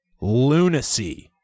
lunacy